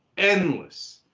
endless,